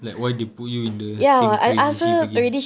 like why they put you in the same crazy shift again